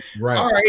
right